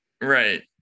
Right